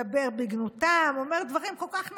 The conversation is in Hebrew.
מדבר בגנותם, אומר דברים כל כך נכוחים,